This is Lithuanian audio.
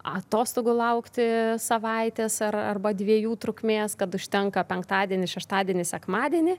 atostogų laukti savaitės ar arba dviejų trukmės kad užtenka penktadienį šeštadienį sekmadienį